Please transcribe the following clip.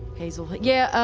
hazel. yeah,